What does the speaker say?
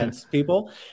people